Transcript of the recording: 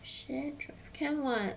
share drive can [what]